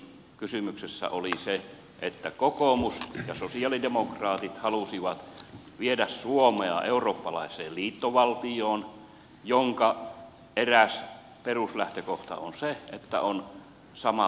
kysymyksessä oli se että kokoomus ja sosialidemokraatit halusivat viedä suomea eurooppalaiseen liittovaltioon jonka eräs peruslähtökohta on se että on sama valuutta koko tällä alueella